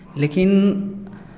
लेकिन